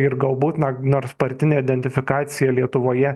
ir galbūt na nors partinė identifikacija lietuvoje